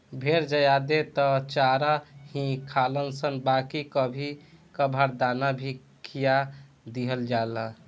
भेड़ ज्यादे त चारा ही खालनशन बाकी कभी कभार दाना भी खिया दिहल जाला